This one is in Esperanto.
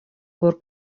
por